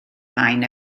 rhain